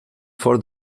for